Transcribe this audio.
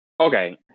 okay